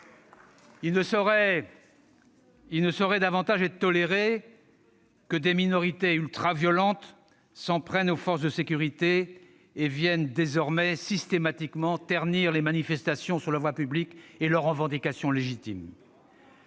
Il ne saurait davantage être toléré que des minorités ultraviolentes s'en prennent aux forces de sécurité et viennent désormais systématiquement ternir les manifestations sur la voie publique et leurs revendications légitimes.